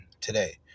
today